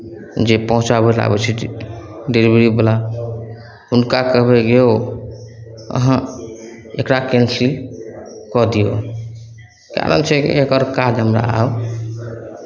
जे पहुँचाबै लेल आबै छथिन डिलेभरीवला हुनका कहबै यौ अहाँ एकरा कैन्सिल कऽ दियौ कारण छै कि एकर काज हमरा आब